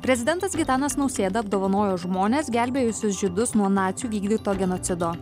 prezidentas gitanas nausėda apdovanojo žmones gelbėjusius žydus nuo nacių vykdyto genocido